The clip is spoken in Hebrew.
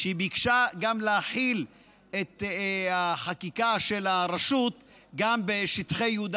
היא ביקשה להחיל את החקיקה של הרשות גם בשטחי יהודה